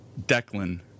Declan